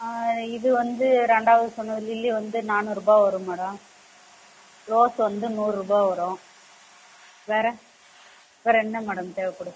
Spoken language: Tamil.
இது வந்து ரெண்டாவது சொன்னது லில்லி வந்து நானூரூபா வரும் மேடம் ரோஸ் வந்து நூறுரூபா வரும் வேறு வேறு என்ன மேடம் தேவைப்படுது